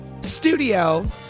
Studio